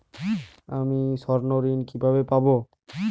আমি স্বর্ণঋণ কিভাবে পাবো?